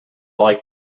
like